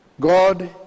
God